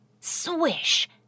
Swish